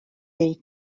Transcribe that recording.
its